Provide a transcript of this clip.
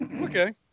Okay